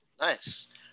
Nice